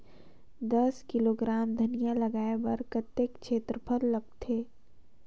दस किलोग्राम धनिया लगाय बर कतेक क्षेत्रफल लगथे?